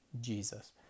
Jesus